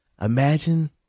Imagine